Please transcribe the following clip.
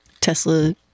Tesla